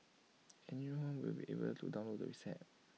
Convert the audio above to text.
anyone will be able to download the reset